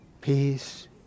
Peace